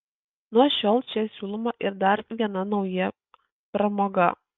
nuo šiol čia siūloma ir dar viena nauja pramoga